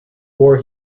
war